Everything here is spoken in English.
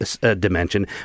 dimension